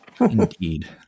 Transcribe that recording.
Indeed